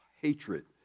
hatred